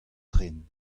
tren